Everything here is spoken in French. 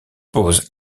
pose